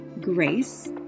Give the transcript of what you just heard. grace